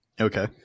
Okay